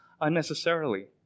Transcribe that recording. unnecessarily